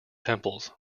temples